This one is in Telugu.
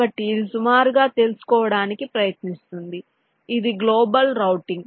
కాబట్టి ఇది సుమారుగా తెలుసుకోవడానికి ప్రయత్నిస్తుంది ఇది గ్లోబల్ రౌటింగ్